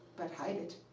but hide it.